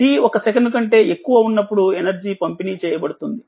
t 1సెకనుకంటే ఎక్కువ ఉన్నప్పుడు ఎనర్జీ పంపిణీ చేయబడుతుంది